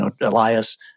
Elias